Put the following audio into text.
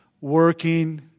working